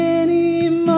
anymore